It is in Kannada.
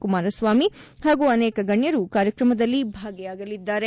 ಕುಮಾರಸ್ವಾಮಿ ಹಾಗೂ ಅನೇಕ ಗಣ್ಣರು ಕಾರ್ಯಕ್ರಮದಲ್ಲಿ ಭಾಗಿಯಾಗಲಿದ್ದಾರೆ